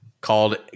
Called